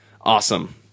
awesome